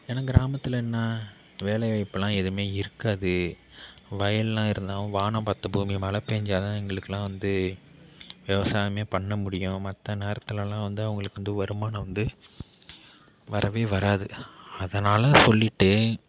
ஏன்னால் கிராமத்தில் என்ன வேலைவாய்ப்பெலாம் எதுவுமே இருக்காது வயலெலாம் இருந்தாவும் வானம் பார்த்த பூமி மழைபெஞ்சாதான் எங்களுக்கெலாம் வந்து விவசாயமே பண்ண முடியும் மற்ற நேரத்திலலாம் வந்து அவங்களுக்கு வந்து வருமானம் வந்து வரவே வராது அதனால் சொல்லிட்டு